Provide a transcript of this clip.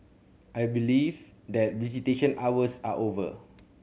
I believe that visitation hours are over